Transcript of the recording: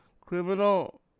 Criminal